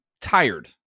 tired